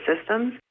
systems